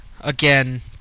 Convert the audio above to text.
again